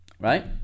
right